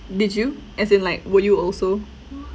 did you as in like would you also